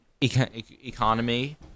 economy